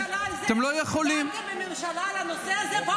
על מחבלי נוח'בה, היה לכם דיון בממשלה על זה?